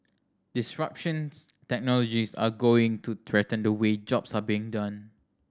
disruptions technologies are going to threaten the way jobs are being done